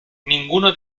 ninguno